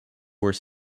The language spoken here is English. were